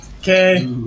Okay